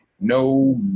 no